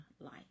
life